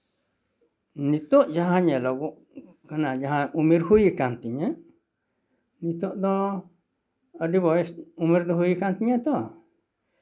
ᱱᱤᱛᱚᱜ ᱡᱟᱦᱟᱸ ᱧᱮᱞᱚᱜᱚᱜ ᱠᱟᱱᱟ ᱡᱟᱦᱟᱸ ᱩᱢᱮᱨ ᱦᱩᱭ ᱟᱠᱟᱱ ᱛᱤᱧᱟᱹ ᱱᱤᱛᱚᱜ ᱫᱚ ᱟᱹᱰᱤ ᱵᱚᱭᱮᱥ ᱩᱢᱮᱨ ᱫᱚ ᱦᱩᱭ ᱟᱠᱟᱱ ᱛᱤᱧᱟᱹ ᱛᱚ